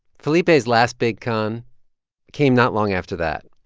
felipe's last big con came not long after that.